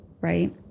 right